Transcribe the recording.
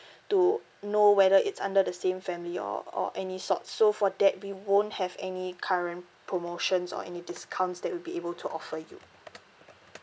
to know whether it's under the same family or or any sort so for that we won't have any current promotions or any discounts that we'll be able to offer you